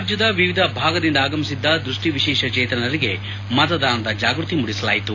ರಾಜ್ಯದ ವಿವಿಧ ಭಾಗದಿಂದ ಆಗಮಿಸಿದ್ದ ದೃಷ್ಟಿ ವಿಶೇಷಚೇತನರಿಗೆ ಮತದಾನದ ಜಾಗೃತಿ ಮೂಡಿಸಲಾಯಿತು